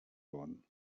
worden